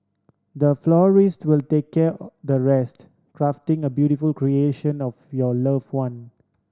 the florist to the take care the rest crafting a beautiful creation of your love one